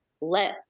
let